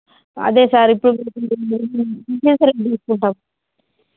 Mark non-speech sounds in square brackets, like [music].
అదే సార్ ఇప్పుడు మాకు [unintelligible] ఇంకోసారికి తీసుకుంటాం